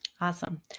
Awesome